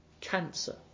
Cancer